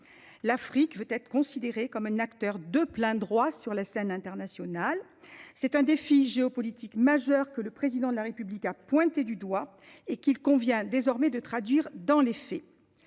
L’Afrique veut être considérée comme un acteur de plein droit sur la scène internationale. C’est un défi géopolitique majeur, que le Président de la République a pointé du doigt et qu’il convient de traduire dans les faits.